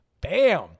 Bam